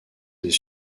des